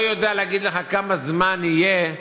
אני לא יודע להגיד לך כמה זמן יהיה,